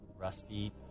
Rusty